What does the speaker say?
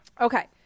Okay